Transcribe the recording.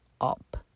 up